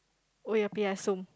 oh-yah-peh-yah-som